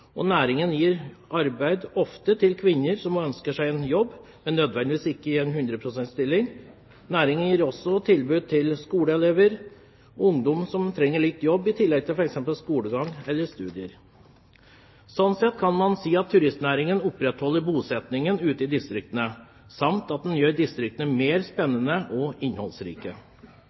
og næringen gir ofte arbeid til kvinner som ønsker seg en jobb, men ikke nødvendigvis en 100 pst. stilling. Næringen gir også tilbud til skoleelever og ungdom som trenger å jobbe litt i tillegg til f.eks. skolegang eller studier. Sånn sett kan man si at turistnæringen opprettholder bosettingen ute i distriktene, samt at den gjør distriktene mer spennende og innholdsrike.